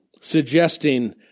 suggesting